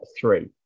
three